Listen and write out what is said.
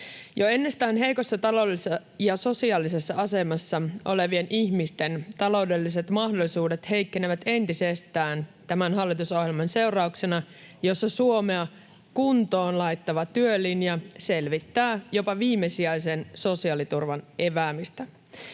Jo ennestään heikossa taloudellisessa ja sosiaalisessa asemassa olevien ihmisten taloudelliset mahdollisuudet heikkenevät entisestään tämän hallitusohjelman seurauksena, jossa Suomea kuntoon laittava työlinja selvittää jopa viimesijaisen sosiaaliturvan eväämistä.